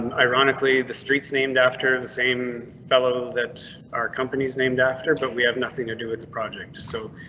and ironically, the streets named after the same fellow that our companies named after. but we have nothing to do with the project so.